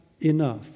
enough